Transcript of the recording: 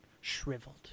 Shriveled